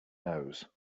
nose